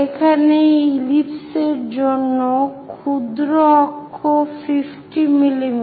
এখানে এই ইলিপস এর জন্য ক্ষুদ্র অক্ষ 50 mm